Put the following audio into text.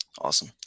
Awesome